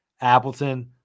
Appleton